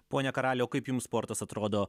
pone karaliau kaip jum sportas atrodo